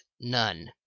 None